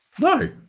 No